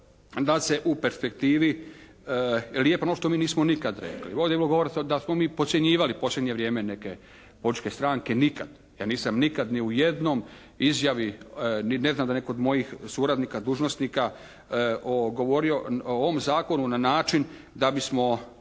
da se u perspektivi lijepi ono što mi nismo nikad rekli. Ovdje se govori da smo mi podcjenjivali u posljednje vrijeme neke političke stranke. Nikad. Ja nisam nikad ni u jednoj izjavi nit ne znam da je netko od mojih suradnika, dužnosnika govorio o ovom zakonu na način da bismo